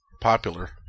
popular